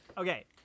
Okay